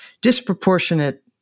disproportionate